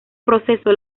proceso